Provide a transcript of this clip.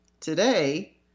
Today